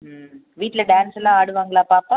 ம் வீட்டில் டான்ஸல்லாம் ஆடுவாங்களா பாப்பா